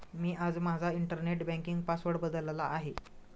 मी आज माझा internet banking password बदलला आहे